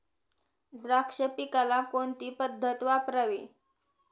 द्राक्ष पिकाला कोणती पद्धत वापरावी?